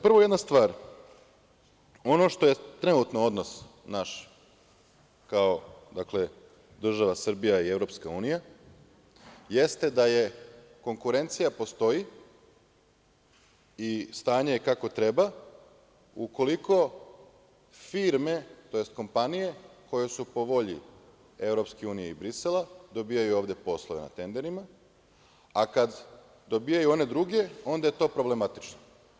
Prvo, jedna stvar, ono što je trenutno odnos naš kao država Srbija i EU jeste da konkurencija postoji i stanje je kako treba, ukoliko firme, tj. kompanije koje su po volji EU i Brisela dobijaju ovde poslove na tenderima, a kad dobijaju one druge, onda je to problematično.